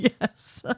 Yes